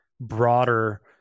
broader